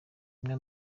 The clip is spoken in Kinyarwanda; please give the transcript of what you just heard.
umwe